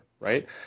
right